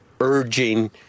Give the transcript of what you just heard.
urging